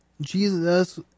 Jesus